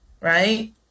right